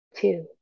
two